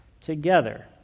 together